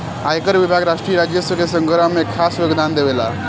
आयकर विभाग राष्ट्रीय राजस्व के संग्रह में खास योगदान देवेला